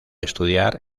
estudiar